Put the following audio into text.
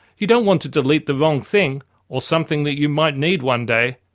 you don't want to delete the wrong thing or something that you might need one day.